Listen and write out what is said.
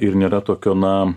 ir nėra tokio na